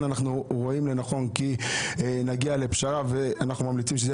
אנחנו נגיע לפשרה ואנחנו ממליצים שזאת תהיה